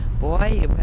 Boy